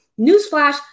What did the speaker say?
Newsflash